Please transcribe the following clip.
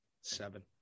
Seven